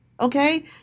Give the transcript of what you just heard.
Okay